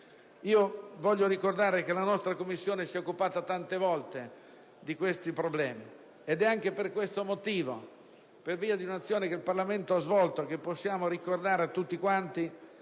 voglio ricordare che la nostra Commissione si è occupata tante volte di tali problemi. È anche per questo motivo, per via di un'azione che il Parlamento ha svolto, che possiamo ricordare a tutti che